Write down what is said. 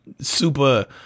super